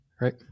Right